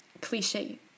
cliche